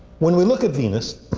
when we look at venus,